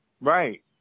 right